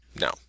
No